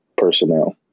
personnel